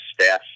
staff